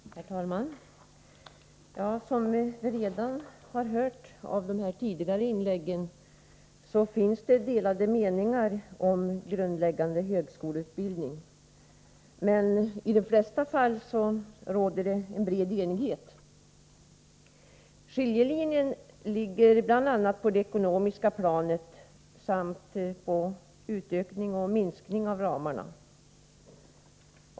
Herr talman! Som vi redan har hört av de tidigare inläggen, finns det delade meningar om grundläggande högskoleutbildning, men i de flesta fall råder det en bred enighet. Skiljelinjen ligger bl.a. på det ekonomiska planet samt när det gäller utökning och minskning av ramarna.